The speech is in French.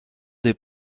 des